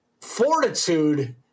fortitude